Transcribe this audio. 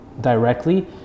directly